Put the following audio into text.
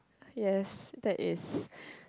yes that is